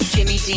Jimmy